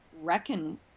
reckon